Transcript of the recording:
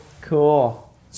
Cool